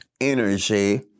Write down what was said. energy